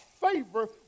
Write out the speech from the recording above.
favor